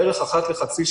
בערך אחת לחצי שעה,